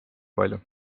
palju